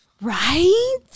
Right